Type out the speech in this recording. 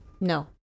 No